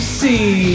see